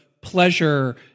pleasure